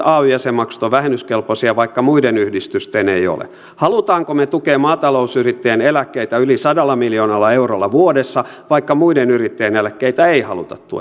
ay jäsenmaksut ovat vähennyskelpoisia vaikka muiden yhdistysten ei ole haluammeko me tukea maatalousyrittäjien eläkkeitä yli sadalla miljoonalla eurolla vuodessa vaikka muiden yrittäjien eläkkeitä ei haluta